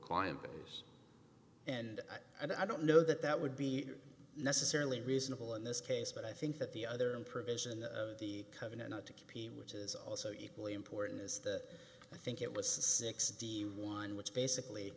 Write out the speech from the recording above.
client because and i don't know that that would be necessarily reasonable in this case but i think that the other in provision of the covenant not to compete which is also equally important is the i think it was sixty one which basically